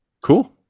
cool